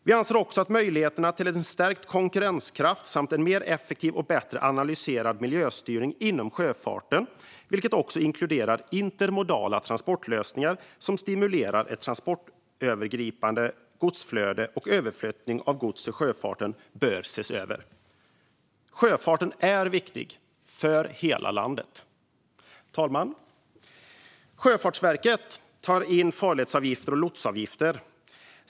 Vi anser också att möjligheterna till en stärkt konkurrenskraft och en mer effektiv och bättre analyserad miljöstyrning inom sjöfarten, vilket också inkluderar intermodala transportlösningar som stimulerar ett transportslagsövergripande godsflöde och överflyttning av gods till sjöfart, bör ses över. Sjöfarten är viktig för hela landet. Fru talman! Sjöfartsverket tar in farledsavgifter och lotsavgifter.